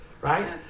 right